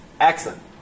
Excellent